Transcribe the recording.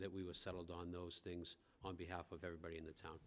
that we were settled on those things on behalf of everybody in the town